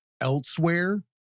elsewhere